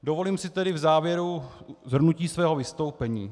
Dovolím si tedy v závěru shrnutí svého vystoupení.